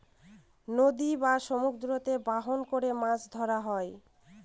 নদী বা সমুদ্রতে বাহন করে মাছ ধরা হয়